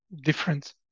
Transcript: different